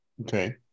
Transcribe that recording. Okay